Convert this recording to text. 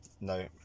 no